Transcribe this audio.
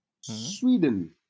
Sweden